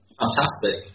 Fantastic